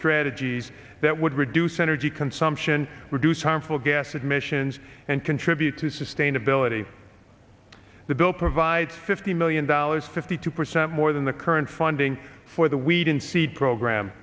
strategies that would reduce energy consumption reduce harmful gas admissions and contribute to sustainability the bill provides fifty million dollars fifty two percent more than the current funding for the weed in seed program